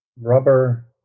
rubber